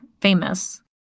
famous